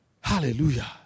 Hallelujah